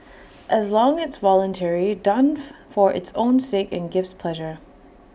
as long it's voluntary done for its own sake and gives pleasure